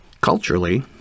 Culturally